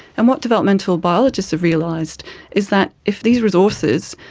and what developmental biologists have realised is that if these resources,